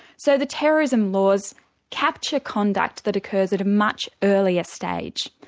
so the terrorism laws capture conduct that occurs at a much earlier stage,